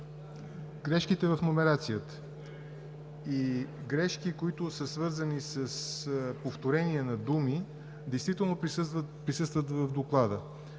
грешките в номерацията и грешки, свързани с повторения на думи, действително присъстват в доклада.